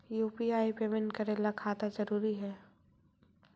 UPI payment करे ला खाता जरूरी है?